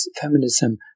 Feminism